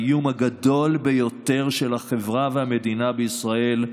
האיום הגדול ביותר של החברה והמדינה בישראל,